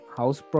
house